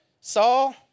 Saul